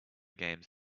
games